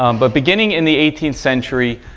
um but beginning in the eighteenth century,